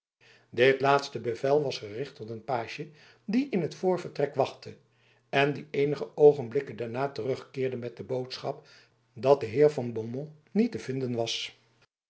dit laatste bevel was gericht tot een page die in het voorvertrek wachtte en die eenige oogenblikken daarna terugkeerde met de boodschap dat de heer van beaumont niet te vinden was